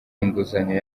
inguzanyo